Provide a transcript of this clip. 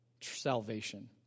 salvation